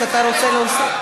למה לא להצביע?